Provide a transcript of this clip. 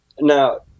now